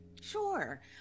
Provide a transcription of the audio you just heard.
Sure